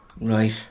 Right